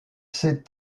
sait